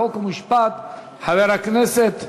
חוק ומשפט חבר הכנסת,